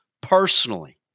personally